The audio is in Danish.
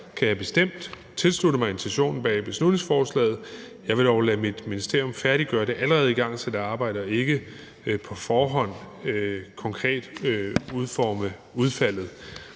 kan jeg bestemt tilslutte mig intention bag beslutningsforslaget. Jeg vil dog lade mit ministerium færdiggøre det allerede igangsatte arbejde og ikke på forhånd konkret udforme udfaldet.